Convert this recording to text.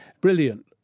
Brilliant